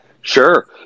Sure